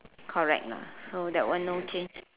correct ah mm that one no change